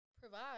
provide